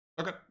Okay